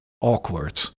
awkward